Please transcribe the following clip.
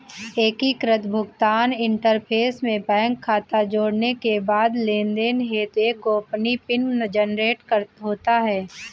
एकीकृत भुगतान इंटरफ़ेस में बैंक खाता जोड़ने के बाद लेनदेन हेतु एक गोपनीय पिन जनरेट होता है